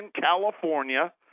California